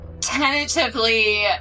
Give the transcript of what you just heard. tentatively